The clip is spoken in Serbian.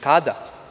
Kada?